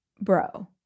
Bro